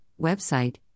website